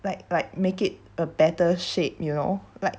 like like make it a better shape you know like